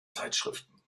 zeitschriften